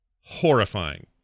horrifying